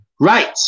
Right